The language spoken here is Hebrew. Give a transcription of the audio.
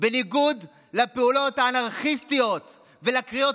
בניגוד לפעולות האנרכיסטיות ולקריאות